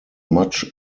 much